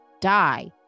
die